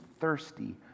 thirsty